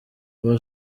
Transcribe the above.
paul